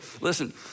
listen